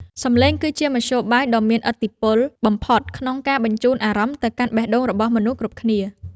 សំឡេងគឺជាមធ្យោបាយដ៏មានឥទ្ធិពលបំផុតក្នុងការបញ្ជូនអារម្មណ៍ទៅកាន់បេះដូងរបស់មនុស្សគ្រប់គ្នា។